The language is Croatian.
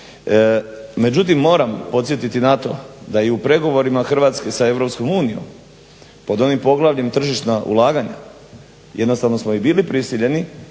Međutim moram podsjetiti na to da je u pregovorima Hrvatske sa EU pod onim poglavljem tržišna ulaganja, jednostavno smo ih bili prisiljeni